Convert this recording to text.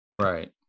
Right